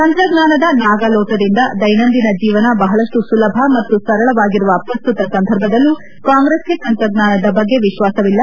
ತಂತ್ರಜ್ಞಾನದ ನಾಗಾಲೋಟದಿಂದ ದೈನಂದಿನ ಜೀವನ ಬಹಳಷ್ಟು ಸುಲಭ ಮತ್ತು ಸರಳವಾಗಿರುವ ಪ್ರಸ್ತುತ ಸಂದರ್ಭದಲ್ಲೂ ಕಾಂಗ್ರೆಸ್ಗೆ ತಂತ್ರಜ್ಞಾನದ ಬಗ್ಗೆ ವಿಶ್ವಾಸವಿಲ್ಲ